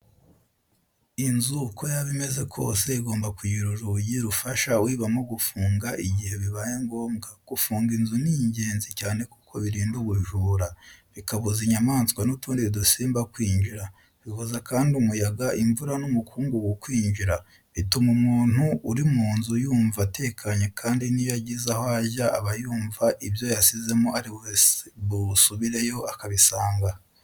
Inzu uko yaba imeze kose igomba kugira urugi rufasha uyibamo gufunga igihe bibaye ngombwa. Gufunga inzu ni ingenzi cyane kuko birinda ubujura, bikabuza inyamaswa n'utundi dusimba kwinjira, bibuza kandi umuyaga, imvura n’umukungugu kwinjira. Bituma umuntu uri munzu yumva atekanye kandi n'iyo agize aho ajya aba yumva ibyo yasizemo ari busubire yo akabisanga.